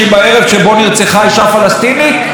שבו נרצחה אישה פלסטינית,